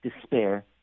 despair